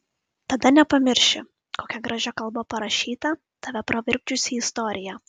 tada nepamirši kokia gražia kalba parašyta tave pravirkdžiusi istorija